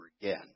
again